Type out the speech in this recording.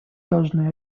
должны